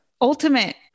ultimate